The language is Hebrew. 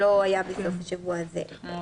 שלא היה בסוף השבוע הזה.